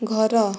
ଘର